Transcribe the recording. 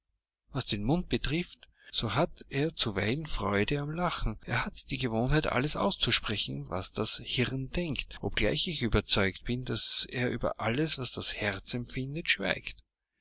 was den mund betrifft so hat er zuweilen freude am lachen er hat die gewohnheit alles auszusprechen was das hirn lenkt obgleich ich überzeugt bin daß er über alles was das herz empfindet schweigt